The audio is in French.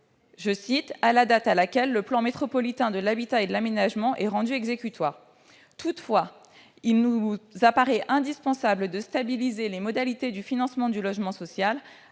« à la date à laquelle le plan métropolitain de l'habitat et de l'hébergement est rendu exécutoire ». Toutefois, il paraît indispensable de stabiliser les modalités de financement du logement social,